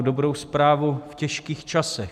Dobrou zprávu v těžkých časech.